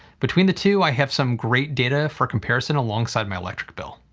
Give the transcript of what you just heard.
between the two i have some great data for comparison along side my electric bill.